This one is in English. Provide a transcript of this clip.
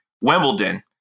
Wimbledon